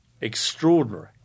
Extraordinary